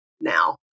now